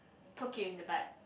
poke you in the butt